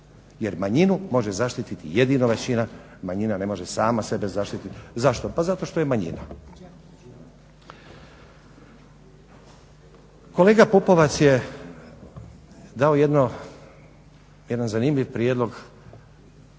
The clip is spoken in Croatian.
Jer manjinu može zaštititi jedino većina, manjina ne može sama sebe zaštititi. Zašto? Pa zato što je manjina. Kolega Pupovac je dao jedan zanimljiv prijedlog